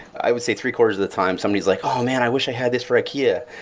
i would say three-quarters the time somebody is like, oh, man. i wish i had this for ikea,